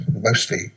mostly